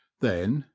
then,